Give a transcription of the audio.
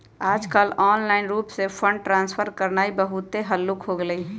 याजकाल ऑनलाइन रूप से फंड ट्रांसफर करनाइ बहुते हल्लुक् हो गेलइ ह